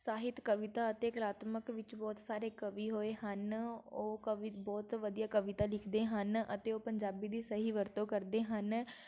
ਸਾਹਿਤ ਕਵਿਤਾ ਅਤੇ ਕਲਾਤਮਕ ਵਿੱਚ ਬਹੁਤ ਸਾਰੇ ਕਵੀ ਹੋਏ ਹਨ ਉਹ ਕਵੀ ਬਹੁਤ ਵਧੀਆ ਕਵਿਤਾ ਲਿਖਦੇ ਹਨ ਅਤੇ ਉਹ ਪੰਜਾਬੀ ਦੀ ਸਹੀ ਵਰਤੋਂ ਕਰਦੇ ਹਨ